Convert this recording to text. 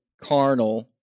carnal